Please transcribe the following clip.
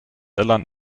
irland